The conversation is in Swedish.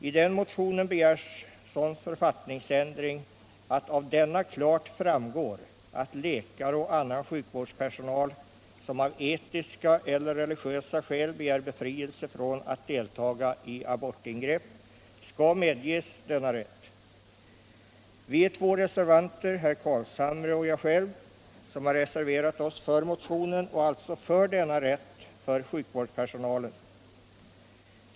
I den motionen begärs sådan författningsändring att det klart skall framgå att läkare och annan sjukvårdspersonal som av etiska eller religiösa skäl begär befrielse från att delta i abortingrepp skall medges denna rätt. Herr Carlshamre och jag har reserverat oss för motionen och alltså för denna rätt för sjukvårdspersonalen.